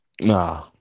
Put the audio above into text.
Nah